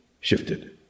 shifted